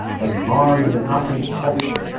and admiring the nothing of it.